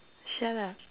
shut up